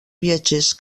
viatgers